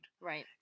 Right